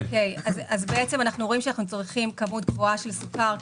אנחנו רואים שאנחנו צורכים כמות גדולה של סוכר,